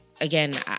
Again